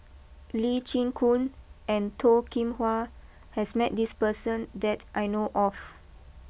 Lee Chin Koon and Toh Kim Hwa has met this person that I know of